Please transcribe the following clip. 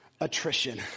Attrition